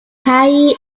kaye